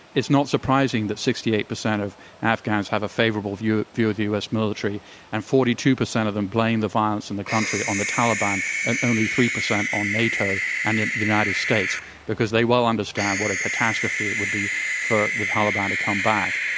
it's not surprising that sixty eight percent of afghans have a favorable view view of the u. s. military and forty two percent of them blame the violence in the country on the taliban and only three percent on nato and the united states because they well understand what a catastrophe it would be for the taliban to come back.